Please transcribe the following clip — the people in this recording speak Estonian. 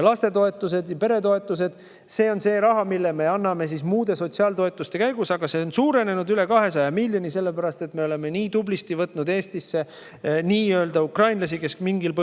lastetoetused, peretoetused. See on see raha, mille me anname muude sotsiaaltoetuste käigus. Aga see on suurenenud üle 200 miljoni võrra sellepärast, et me oleme võtnud nii tublisti Eestisse nii-öelda ukrainlasi, kes mingil põhjusel